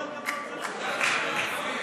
להעביר לוועדה את הצעת חוק המטה לביטחון לאומי (תיקון,